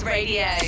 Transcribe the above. Radio